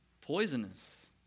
Poisonous